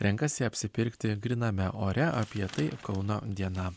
renkasi apsipirkti gryname ore apie tai kauno diena